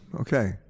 Okay